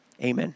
Amen